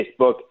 Facebook